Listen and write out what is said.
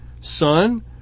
Son